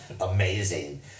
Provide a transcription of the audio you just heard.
amazing